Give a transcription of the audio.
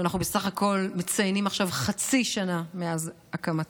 שאנחנו בסך הכול מציינים עכשיו חצי שנה מאז הקמתה.